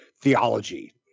theology